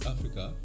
Africa